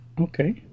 okay